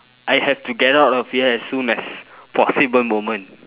I have to get out of here as soon as possible moment